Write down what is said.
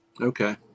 Okay